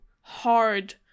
hard